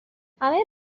همه